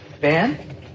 Ben